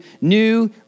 new